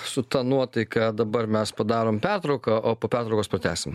su ta nuotaika dabar mes padarom pertrauką o po pertraukos pratęsim